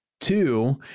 two